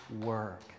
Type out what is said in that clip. work